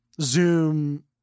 Zoom